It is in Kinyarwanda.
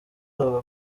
bavuga